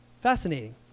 Fascinating